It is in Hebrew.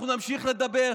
אנחנו נמשיך לדבר,